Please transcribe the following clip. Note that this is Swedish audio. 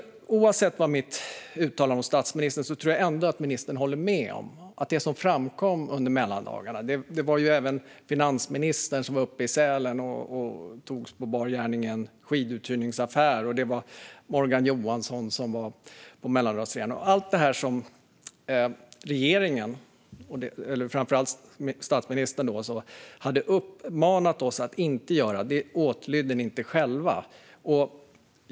Det framkom under mellandagarna även att finansministern hade varit uppe i Sälen och tagits på bar gärning i en skiduthyrningsaffär och att Morgon Johansson varit på mellandagsrea. Allt det som regeringen och framför allt statsministern hade uppmanat oss att inte göra åtlydde ni inte själva.